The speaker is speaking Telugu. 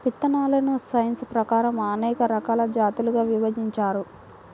విత్తనాలను సైన్స్ ప్రకారం అనేక రకాల జాతులుగా విభజించారు